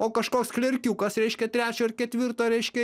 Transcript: o kažkoks klerkiukas reiškia trečio ar ketvirto reiškia